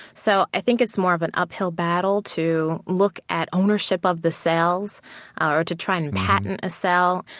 so i think it's more of an uphill battle to look at ownership of the cells ah or to try and patent a cell.